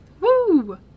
Woo